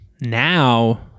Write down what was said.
now